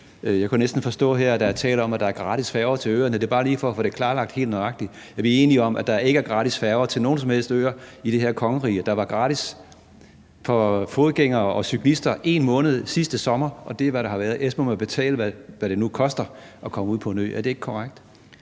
der var tale om, at der er gratis færger til øerne. Det er bare lige for at få det klarlagt helt nøjagtigt: Er vi enige om, at der ikke er gratis færger til nogen som helst øer i det her kongerige? Det var gratis for fodgængere og cyklister 1 måned sidste sommer, og det er, hvad der har været. Ellers må man betale, hvad det nu koster at komme ud på en ø. Er det ikke korrekt?